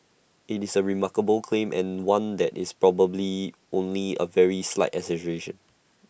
IT is A remarkable claim and one that is probably only A very slight exaggeration